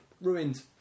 Ruined